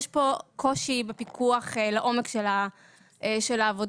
יש פה קושי בפיקוח לעומק על העבודה.